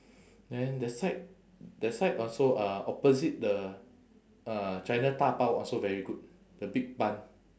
then that side that side also uh opposite the uh chinatown bao also very good the big bun